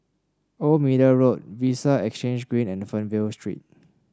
Old Middle Road Vista Exhange Green and Fernvale Street